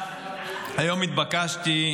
היום התבקשתי,